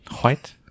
white